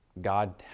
God